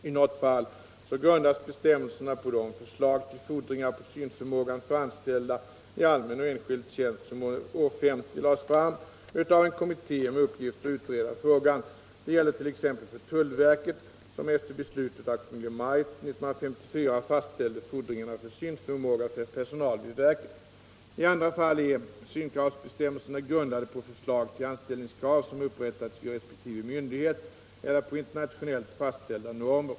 I något fall grundas bestämmelserna på de förslag till fordringar på Nr 64 synförmågan för anställda i allmän och enskild tjänst som år 1950 lades fram av en kommitté med uppgift att utreda frågan. Detta gäller t.ex. för tullverket, som efter beslut av Kungl. Maj:t 1954 fastställde fordringar på synförmåga för personal vid verket. I andra fall är synkravsbestämmelserna grundade på förslag till anställningskrav som upprättats vid resp. myndighet eller på internationellt fastställda normer.